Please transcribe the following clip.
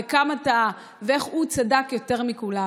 כמה טעה ואיך הוא צדק יותר מכולם.